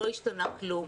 לא השתנה כלום.